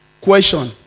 question